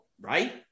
right